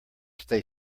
stay